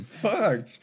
Fuck